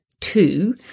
two